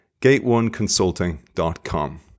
gateoneconsulting.com